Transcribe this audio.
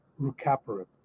Rucaparib